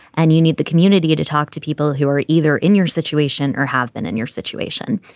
and you need the community to talk to people who are either in your situation or have been in your situation.